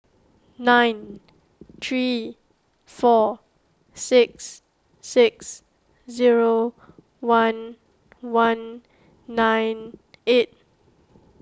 nine three four six six zero one one nine eight